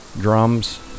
drums